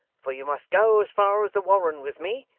for you must go as far as the warren with me.